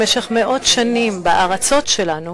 במשך מאות שנים בארצות שלנו